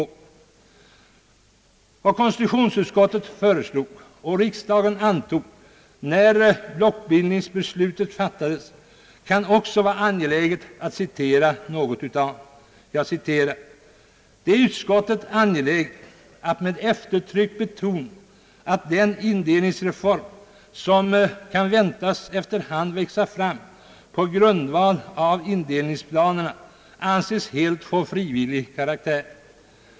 Det kan också vara angeläget att citera något av vad konstitutionsutskottet föreslog och riksdagen antog när blockbildningsbeslutet fattades: »Det är utskottet angeläget att med eftertryck betona att den indelningsreform som kan väntas efter hand växa fram på grundval av indelningsplanerna anses helt få frivillig karaktär.